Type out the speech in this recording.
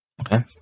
Okay